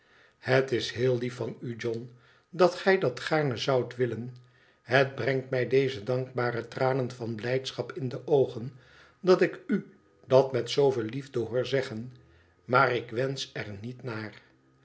het is heel lief van u john dat gij dat gaarne zoudt willen het brengt mij deze dankbare tranen van blijdschap in de oogen dat ik u dat met zooveel liefde hoor zeggen maar ik wensch er niet naar